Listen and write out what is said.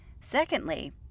Secondly